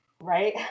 Right